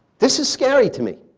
this is scary to me.